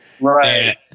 Right